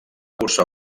cursar